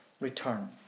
return